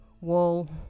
wall